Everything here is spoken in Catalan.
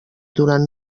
durant